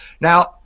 Now